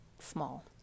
small